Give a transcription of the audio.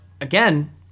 again